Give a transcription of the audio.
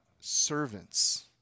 servants